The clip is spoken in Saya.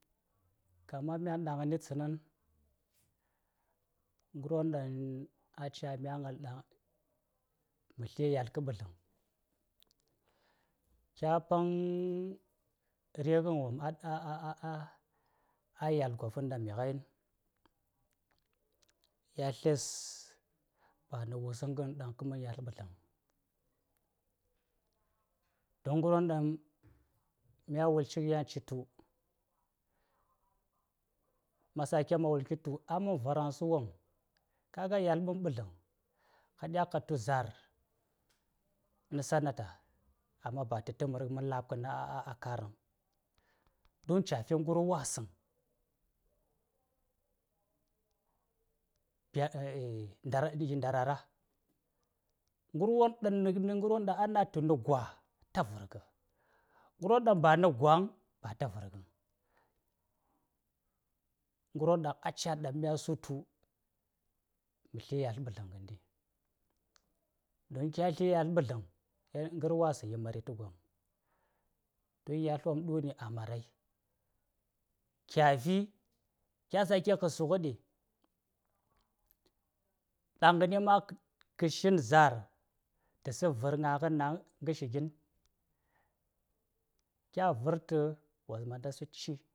﻿Kamar myan ɗaŋni tsanan, ngarwo ɗaŋ a ca mya ŋal masl: yasl ka ɓazlaŋ. Kya paŋ righan wom a, yasl gopan ɗaŋ mighai, yasles, ba na wusaŋgan ɗaŋ ka man yasl ɓezlaŋ vəŋ. Don ngarwon ɗaŋ mya wu̱l ciyi yan ci tu, ma sake ma wul shi tu,a man varaŋsa wopm, ka ga yasl man ɓazlaŋ, ka dya ka tu zar, ci na talaka amma ba ciyi ta mar man lapkən: a a: kar vaŋ, don cafi ngarwasaŋ darara. Ngarwon ɗaŋ a natu na gwa, ta vargh, ngarwon ɗaŋ ba na gwavaŋ, ba ta varghvaŋ. Ngarwon ɗaŋ a ca mya sutuma sla yasl ɓazlaŋ. Don kya sla yasl ɓazlaŋ, ka yel ngarwasaŋ yi mari ta gwom. To yasl wom ɗuni a marai. Kya sla, kya sake ka sughnɗi, ɗaŋni ma, ka shin zar, ta slaŋ var ŋagh nan. kya var ta, wo manda sla ci: